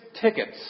tickets